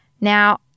Now